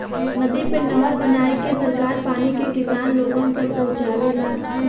नदी पे नहर बनाईके सरकार पानी के किसान लोगन तक पहुंचावेला